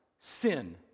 sin